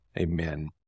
Amen